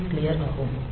6 clear ஆகும்